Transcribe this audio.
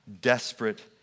desperate